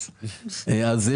הפיתוח.